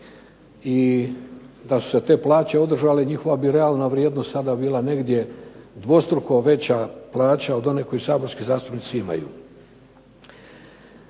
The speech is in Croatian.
I da su se te plaće održale njihova bi realna vrijednost sada bila negdje dvostruko veća plaća od one koje saborski zastupnici imaju.